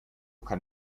kann